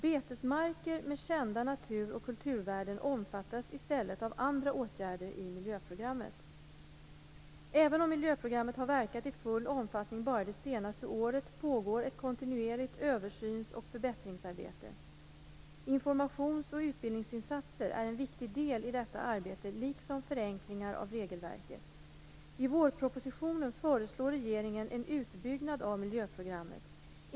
Betesmarker med kända natur och kulturvärden omfattas i stället av andra åtgärder i miljöprogrammet. Även om miljöprogrammet har verkat i full omfattning bara det senaste året pågår ett kontinuerligt översyns och förbättringsarbete. Informations och utbildningsinsatser är en viktig del i detta arbete liksom förenklingar av regelverket. I vårpropositionen föreslår regeringen en utbyggnad av miljöprogrammet.